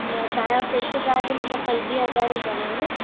म तव्हांजा fix charge मतिलबु पंजवीह हज़ार ई अथव हा न